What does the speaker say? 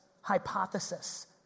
hypothesis